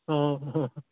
অঁ অঁ